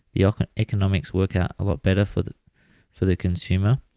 the ah economics work out a lot better for the for the consumer.